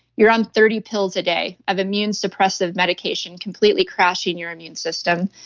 you're on thirty pills a day of immune suppressive medication, completely crashing your immune system.